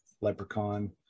leprechaun